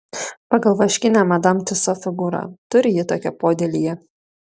pagal vaškinę madam tiuso figūrą turi ji tokią podėlyje